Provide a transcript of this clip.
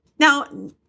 Now